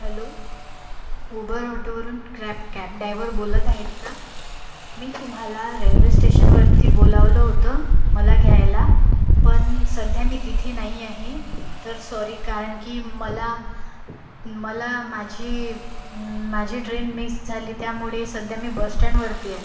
hello Uber ऑटोवरून cab cab driver बोलत आहेत का मी तुम्हाला रेल्वे स्टेशनवरती बोलावलं होतं मला घ्यायला पण सध्या मी तिथे नाही आहे तर सॉरी कारण की मला मला माझी माझी ट्रेन मिस झाली त्यामुळे सध्या मी बसस्टँडवरती आहे